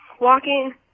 walking